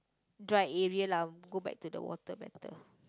dried area lah go back to the water better